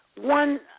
one